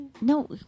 No